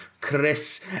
Chris